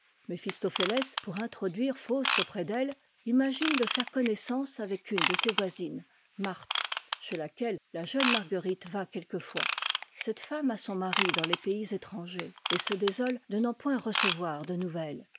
mère méphistophéfès pour'introduire faust auprès d'elle imagine de faire connaissance avec une de ses voisines marthe chez laquelle la jeune marguerite va quelquefois cette femme a son mari dans les pays étrangers et se désole de n'en point recevoir de nouvelles